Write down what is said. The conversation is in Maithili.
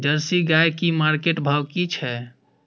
जर्सी गाय की मार्केट भाव की छै?